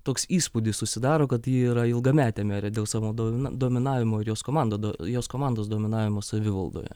toks įspūdis susidaro kad ji yra ilgametė merė dėl savo do dominavimo ir jos komandų jos komandos dominavimo savivaldoje